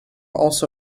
also